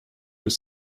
was